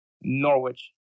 Norwich